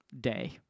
day